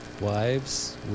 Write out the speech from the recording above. Wives